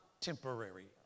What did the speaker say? temporary